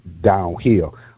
downhill